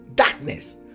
Darkness